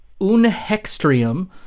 unhextrium